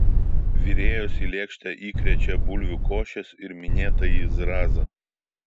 virėjos į lėkštę įkrečia bulvių košės ir minėtąjį zrazą